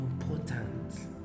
important